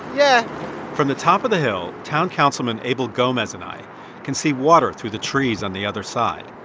yeah from the top of the hill, town councilman abel gomez and i can see water through the trees on the other side.